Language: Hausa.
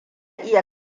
iya